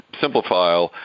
Simplify